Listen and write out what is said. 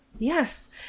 Yes